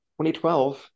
2012